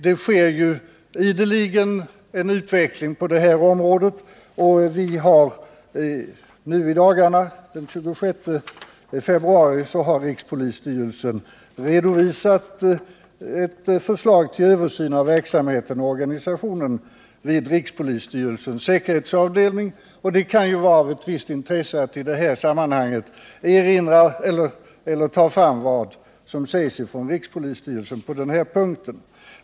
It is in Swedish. Det sker ju dock en utveckling på detta område, och nu i dagarna —- den 26 februari — har rikspolisstyrelsen redovisat ett förslag till översyn av verksamheten och organisationen vid dess säkerhetsavdelning. Det kan i det här sammanhanget vara av ett visst intresse att ta fram vad som sägs från rikspolisstyrelsen på denna punkt.